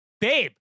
babe